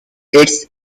its